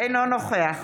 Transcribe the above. אינו נוכח